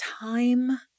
time